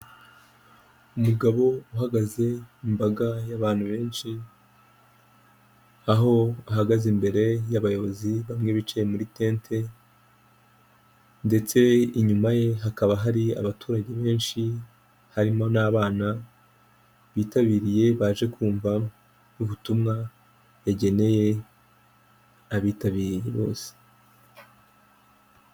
Umugabo uhagaze mu imbaga y'abantu benshi, aho ahagaze imbere y'abayobozi bamwe bicaye muri tente ndetse inyuma ye hakaba hari abaturage benshi, harimo n'abana bitabiriye baje kumva ubutumwa yageneye abitabiriye bose.